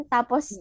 Tapos